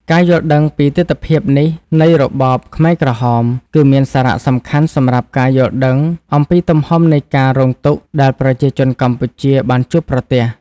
ការយល់ដឹងពីទិដ្ឋភាពនេះនៃសម័យខ្មែរក្រហមគឺមានសារៈសំខាន់សម្រាប់ការយល់ដឹងអំពីទំហំនៃការរងទុក្ខដែលប្រជាជនកម្ពុជាបានជួបប្រទះ។